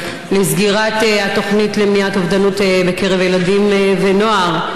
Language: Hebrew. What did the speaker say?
סגירת התוכנית למניעת אובדנות בקרב ילדים ונוער.